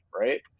Right